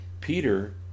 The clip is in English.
Peter